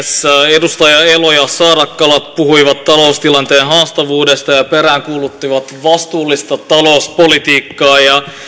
edustajat elo ja saarakkala puhuivat taloustilanteen haastavuudesta ja peräänkuuluttivat vastuullista talouspolitiikkaa